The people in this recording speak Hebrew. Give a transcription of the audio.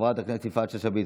חברת הכנסת יפעת שאשא ביטון,